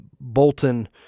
Bolton